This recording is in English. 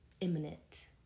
imminent